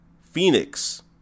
Phoenix